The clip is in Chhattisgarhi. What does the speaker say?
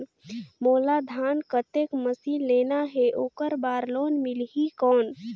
मोला धान कतेक मशीन लेना हे ओकर बार लोन मिलही कौन?